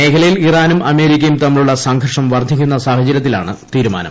മേഖലയിൽ ഇറാനും അമേരിക്കയും തമ്മിലുള്ള സംഘർഷം വർധിക്കുന്ന സാഹചര്യത്തിലാണ് തീരുമാനും